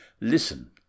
listen